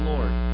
Lord